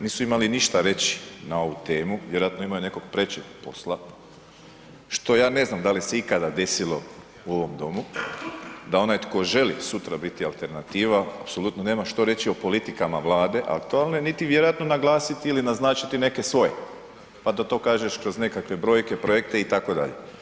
Nisu imali ništa reći na ovu temu, vjerojatno imaju nekog prečeg posla, što ja ne znam da li se ikada desilo u ovom Domu, da onaj tko želi sutra biti alternativa apsolutno nema što reći o politikama Vlade, aktualne niti vjerojatno naglasiti ili naznačiti neki svoj pa da to kažeš kroz nekakve brojke, projekte, itd.